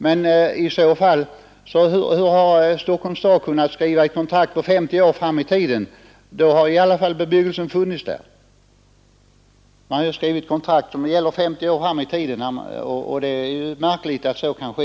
Men hur har Stockholms stad kunnat skriva kontrakt på 50 år, när bebyggelsen hela tiden har funnits där? Det är märkligt att så kunnat ske.